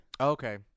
okay